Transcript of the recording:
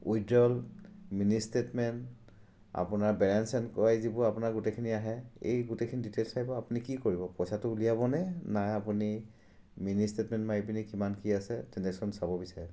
withdrawal mini statement আপোনাৰ balance and ক্ৰয় যিবোৰ আপোনাৰ গোটেইখিনি আহে এই গোটেইখিনি ডিটেইলছ পাই যাব আপুনি কি কৰিব পইচাটো উলিয়াবনে নাই আপুনি মিনি ষ্টেটমেণ্ট মাৰি পিনে কিমান কি আছে ট্ৰেনজেকশ্যন চাব বিচাৰে